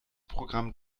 programm